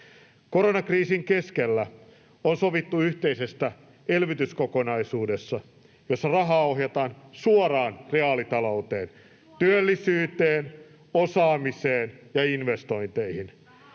Koronakriisin keskellä on sovittu yhteisestä elvytyskokonaisuudesta, jossa rahaa ohjataan suoraan reaalitalouteen: työllisyyteen, osaamiseen ja investointeihin.